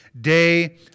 day